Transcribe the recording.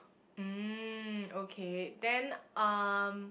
mm okay then um